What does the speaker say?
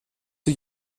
die